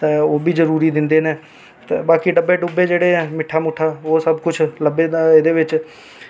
ते ओह् बी जरूरी दिंदे न ते बाकी डब्बे डुब्बे जेह्ड़े हैन मिट्ठा मूहं ओह् सब किश लभदा ऐ एह्दे बिच